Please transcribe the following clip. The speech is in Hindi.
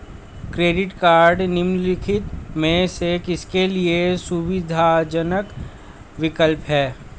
क्रेडिट कार्डस निम्नलिखित में से किसके लिए सुविधाजनक विकल्प हैं?